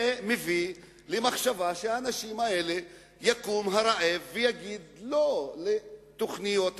זה מביא למחשבה שיקום הרעב ויגיד "לא" לתוכניות האלה,